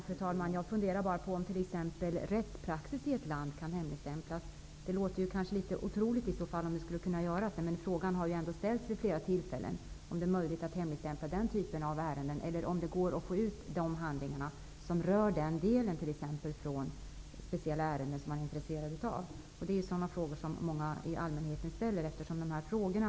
Fru talman! Jag funderar på om rättspraxis i ett land kan hemligstämplas. Frågan om det är möjligt att hemligstämpla den typen av ärenden eller om det går att få ta del av de handlingar man är intresserad av har ställts förut. Allmänheten ställer sig just dessa frågor.